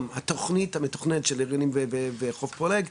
התוכנית המתוכננת של לבנים בחוף פולג,